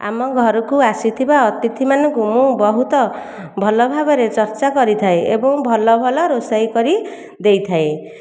ଆମ ଘରକୁ ଆସିଥିବା ଅତିଥିମାନଙ୍କୁ ମୁଁ ବହୁତ ଭଲ ଭାବରେ ଚର୍ଚ୍ଚା କରିଥାଏ ଏବଂ ଭଲ ଭଲ ରୋଷେଇ କରି ଦେଇଥାଏ